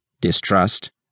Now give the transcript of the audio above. distrust